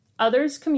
Others